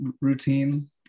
routine